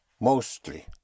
Mostly